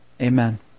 amen